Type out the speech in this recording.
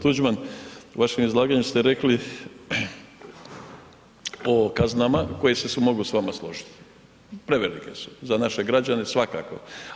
Tuđman, u vašem izlaganju ste rekli o kaznama koje su mogu se s vama složiti, prevelike su, za naše građane svakako.